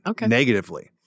negatively